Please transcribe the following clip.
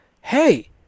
hey